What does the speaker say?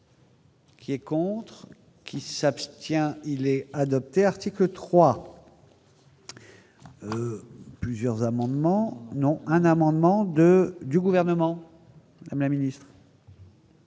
Qui est contre qui s'abstient, il est adopté, article 3. Plusieurs amendements non un amendement de du gouvernement mais ministre.